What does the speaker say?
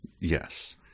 Yes